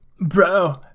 bro